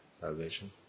salvation